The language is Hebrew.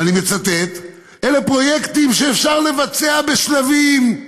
אני מצטט: אלה פרויקטים שאפשר לבצע בשלבים,